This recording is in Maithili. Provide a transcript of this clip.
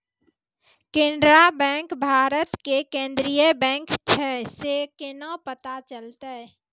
केनरा बैंक भारत के केन्द्रीय बैंक छै से केना पता चलतै?